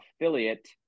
affiliate